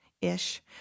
ish